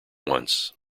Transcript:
once